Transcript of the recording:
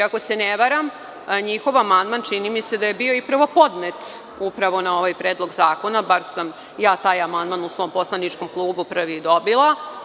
Ako se ne varam, njihov amandman, čini mi se da je bio i prvo podnet, upravo na ovaj Predlog zakona, bar sam ja taj amandman u svom poslaničkom klubu prvi dobila.